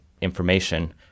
information